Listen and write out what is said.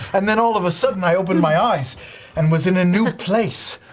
and then all of a sudden i opened my eyes and was in a new place.